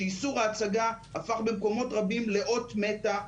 שאיסור ההצגה הפך במקומות רבים לאות מתה,